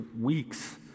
weeks